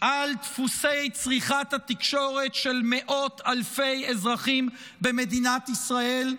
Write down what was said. על דפוסי צריכת התקשורת של מאות אלפי אזרחים במדינת ישראל.